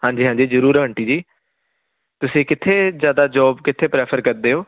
ਹਾਂਜੀ ਹਾਂਜੀ ਜ਼ਰੂਰ ਆਂਟੀ ਜੀ ਤੁਸੀਂ ਕਿੱਥੇ ਜ਼ਿਆਦਾ ਜੋਬ ਕਿੱਥੇ ਪ੍ਰੈਫਰ ਕਰਦੇ ਹੋ